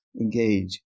engage